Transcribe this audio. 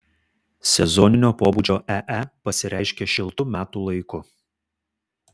sezoninio pobūdžio ee pasireiškia šiltu metų laiku